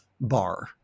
bar